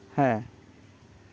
ᱦᱮᱸ